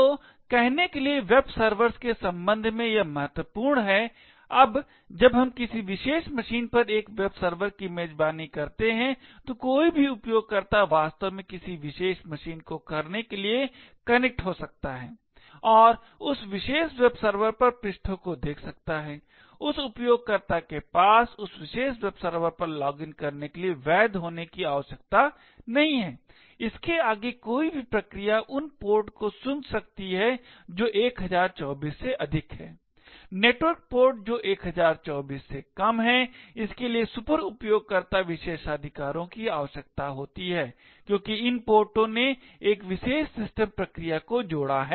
तो कहने के लिए Webservers के समबन्ध यह महत्वपूर्ण है अब जब हम किसी विशेष मशीन पर एक वेब सर्वर की मेजबानी करते हैं तो कोई भी उपयोगकर्ता वास्तव में किसी विशेष मशीन को करने के लिए कनेक्ट हो सकता है और उस विशेष वेब सर्वर पर पृष्ठों को देख सकता है उस उपयोगकर्ता के पास उस विशेष वेब सर्वर पर लॉगिन करने के लिए वैध होने की आवश्यकता नहीं है इसके आगे कोई भी प्रक्रिया उन पोर्ट को सुन सकती है जो 1024 से अधिक हैं नेटवर्क पोर्ट जो 1024 से कम हैं इसके लिए सुपरउपयोगकर्ता विशेषाधिकारों की आवश्यकता होती है क्योंकि इन पोर्टों ने एक विशेष सिस्टम प्रक्रिया को जोड़ा है